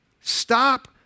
stop